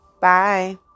Bye